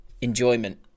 enjoyment